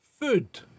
Food